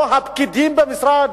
או הפקידים במשרד,